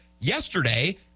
Yesterday